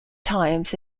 times